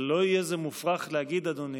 אבל לא יהיה זה מופרך להגיד, אדוני,